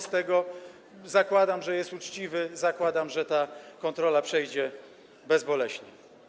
Zakładam, że jest uczciwy, zakładam, że ta kontrola przejdzie bezboleśnie.